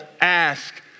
ask